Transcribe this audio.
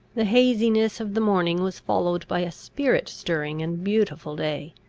the haziness of the morning was followed by a spirit-stirring and beautiful day.